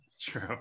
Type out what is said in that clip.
True